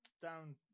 down